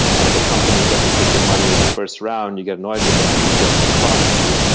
and if a company doesn't take your money in the first round, you get annoyed with them or you feel like they crossed you,